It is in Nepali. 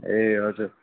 ए हजुर